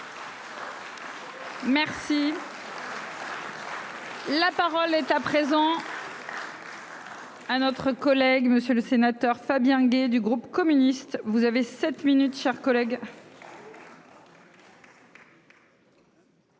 remercie. La parole est à présent. Un notre collègue monsieur le sénateur, Fabien Gay du groupe communiste. Vous avez 7 minutes, chers collègues.